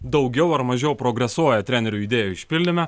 daugiau ar mažiau progresuoja trenerių idėjų išpildyme